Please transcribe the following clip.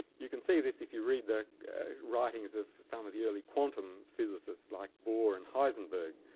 you can see this if you read the writings of some of the early quantum physicists, like bohr and heisenberg.